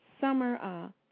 summer